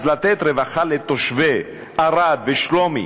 אז לתת רווחה לתושבי ערד, שלומי,